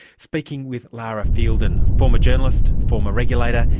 speaking with lara fielden, former journalist, former regulator,